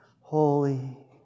Holy